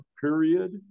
period